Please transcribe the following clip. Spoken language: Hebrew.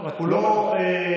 תודה רבה.